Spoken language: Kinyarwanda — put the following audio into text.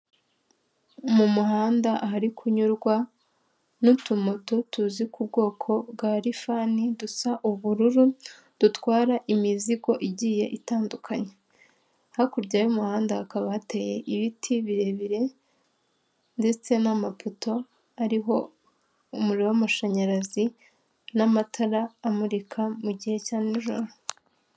Mu muhanda ahari kunyurwa n'utumoto tuzi ku bwoko bwa lifani dusa ubururu, dutwara imizigo igiye itandukanye. Hakurya y'umuhanda hakaba hateye ibiti birebire ndetse n'amapoto ariho umuriro w'amashanyarazi n'amatara amurika mu gihe cya n'ijoro.